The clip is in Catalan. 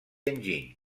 enginy